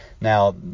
Now